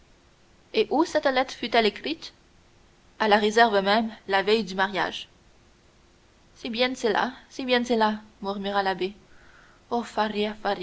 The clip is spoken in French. et où cette lettre fut-elle écrite à la réserve même la veille du mariage c'est bien cela c'est bien cela murmura l'abbé